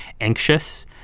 anxious